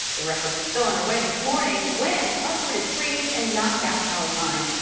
the efforts are still under way this morning. winds uprooted trees and knocked out powerlines.